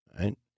right